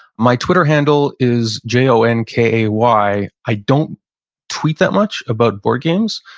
my twitter handle is j o n k a y. i don't tweet that much about board games,